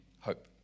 hope